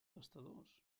gastadors